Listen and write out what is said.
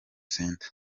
center